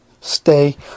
stay